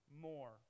More